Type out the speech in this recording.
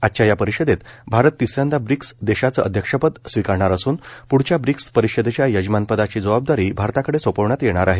आजच्या या परिषदेत भारत तिसऱ्यांदा ब्रिक्स देशांचं अध्यक्षपद स्वीकारणार असून प्ढच्या ब्रिक्स परिषदेच्या यजमानपदाची जबाबदारी भारताकडे सोपवण्यात येणार आहे